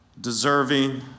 deserving